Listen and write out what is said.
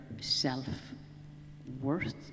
self-worth